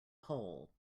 pole